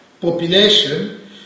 population